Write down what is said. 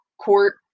court